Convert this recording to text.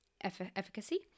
efficacy